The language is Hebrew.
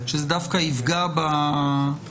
שזה דווקא יפגע בנאשמים.